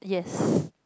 yes